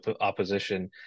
opposition